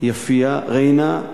יפיע, ריינה,